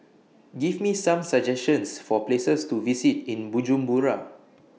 Give Me Some suggestions For Places to visit in Bujumbura